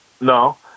No